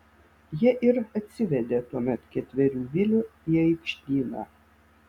jie ir atsivedė tuomet ketverių vilių į aikštyną